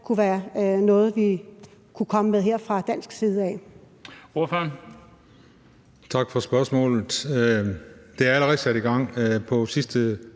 kunne være noget, vi kunne komme med her fra dansk side.